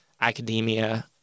academia